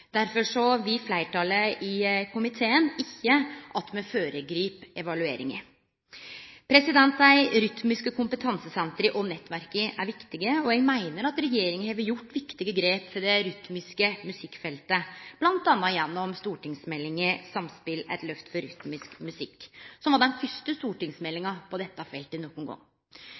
Derfor vil fleirtalet i komiteen ikkje at me føregrip evalueringa. Dei rytmiske kompetansesentra og kompetansenettverka er viktige, og eg meiner at regjeringa har gjort viktige grep for det rytmiske musikkfeltet, bl.a. gjennom stortingsmeldinga «Samspill Et løft for rytmisk musikk», som var den fyrste stortingsmeldinga på dette feltet nokon gong.